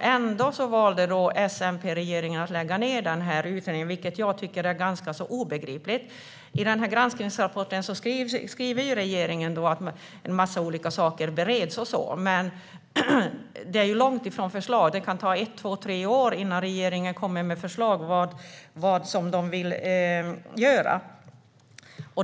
Ändå valde S-MP-regeringen att lägga ned den, vilket jag tycker är ganska obegripligt. I granskningsrapporten skriver regeringen att en massa olika saker bereds, men det är långt ifrån förslag. Det kan ta ett, två eller tre år innan regeringen kommer med förslag till vad de vill göra.